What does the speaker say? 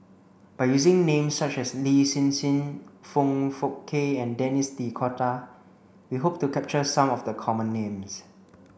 by using names such as Lin Hsin Hsin Foong Fook Kay and Denis D'Cotta we hope to capture some of the common names